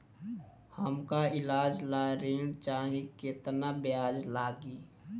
हमका ईलाज ला ऋण चाही केतना ब्याज लागी?